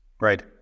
Right